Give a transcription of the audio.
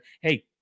hey